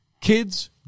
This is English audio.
kids